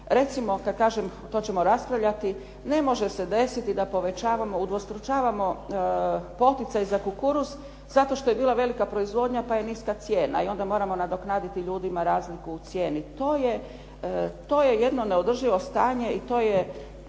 Recimo, kad kažem to ćemo raspravljati ne može se desiti da povećavamo, udvostručavamo poticaj za kukuruz zato što je bila velika proizvodnja pa je niska cijena i onda moramo nadoknaditi ljudima razliku u cijeni. To je jedno neodrživo stanje i to je